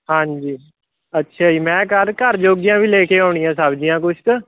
ਹਾਂਜੀ ਅੱਛਾ ਜੀ ਮੈਂ ਕਰ ਘਰ ਜੋਗੀਆਂ ਵੀ ਲੈ ਕੇ ਆਉਣੀਆ ਸਬਜ਼ੀਆਂ ਕੁਛ ਕੁ